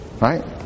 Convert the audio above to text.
right